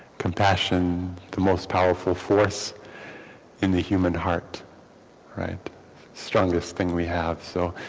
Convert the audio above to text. compassion the most powerful force in the human heart right strongest thing we have so